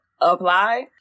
apply